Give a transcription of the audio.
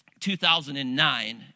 2009